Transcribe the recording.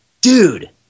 dude